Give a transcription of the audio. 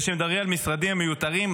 וכשמדברים על משרדים מיותרים,